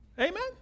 Amen